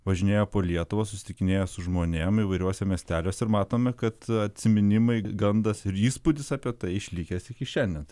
važinėja po lietuvą susitikinėja su žmonėm įvairiuose miesteliuose ir matome kad atsiminimai gandas ir įspūdis apie tai išlikęs iki šiandien tai reiškias jo jo ta